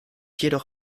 jedoch